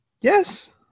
Yes